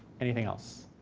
anything else?